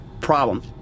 problem